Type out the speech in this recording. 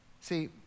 See